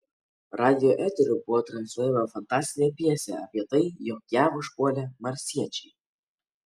radijo eteriu buvo transliuojama fantastinė pjesė apie tai jog jav užpuolė marsiečiai